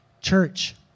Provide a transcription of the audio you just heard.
Church